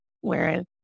Whereas